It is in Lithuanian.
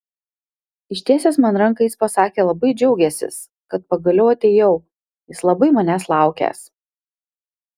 ištiesęs man ranką jis pasakė labai džiaugiąsis kad pagaliau atėjau jis labai manęs laukęs